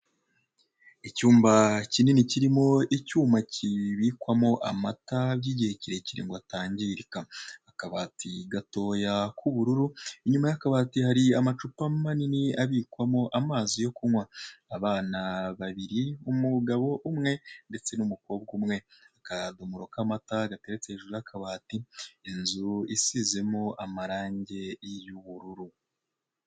Icyumba kinini kirimo icyuma kibikwamo amata by'igihe kirekire ngo atangirika, akabati gatoya k'ubururu inyuma y'akabati hari amacupa manini abikwamo amazi yo kunywa, abana babiri umugabo umwe ndetse n'umukobwa umwe, akadomoro k'amata gateretse hejuru y'akabati, inzu isizemo amarange y'ubururu.